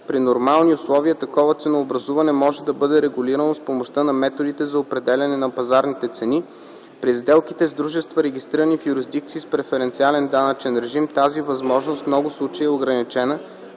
при нормални условия такова ценообразуване може да бъде регулирано с помощта на методите за определяне на пазарните цени; при сделките с дружества, регистрирани в юрисдикции с преференциален данъчен режим, тази възможност в много случаи е ограничена